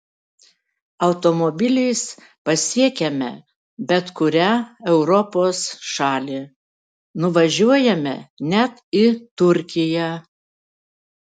automobiliais pasiekiame bet kurią europos šalį nuvažiuojame net į turkiją